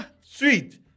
Sweet